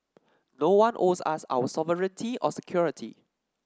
no one owes us our sovereignty or security